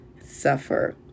suffer